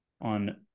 on